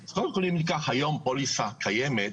אז קודם כל, אם ניקח היום פוליסה קיימת